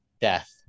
death